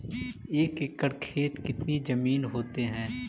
एक एकड़ खेत कितनी जमीन होते हैं?